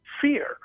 fear